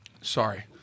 Sorry